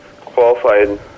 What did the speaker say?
qualified